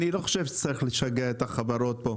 אני לא חושב שצריך לשגע את החברות פה.